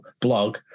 blog